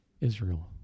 Israel